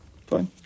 Fine